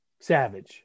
Savage